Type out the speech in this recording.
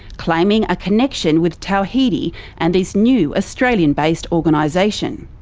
claiming a connection with tawhidi and this new australian-based organisation.